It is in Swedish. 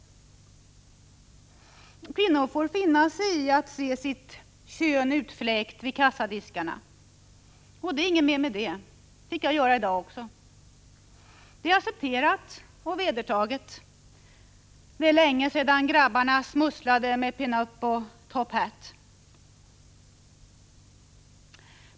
Kvinnor får finna sig i att se sitt kön utfläkt vid kassadiskarna. Det är inget mer med det — det fick jag göra i dag också. Det är accepterat och vedertaget. Det är länge sedan grabbarna smusslade med Pin up och Top Hat.